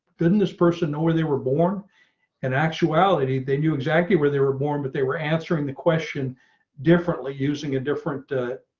didn't this person know where they were born in and actuality, they knew exactly where they were born, but they were answering the question differently using a different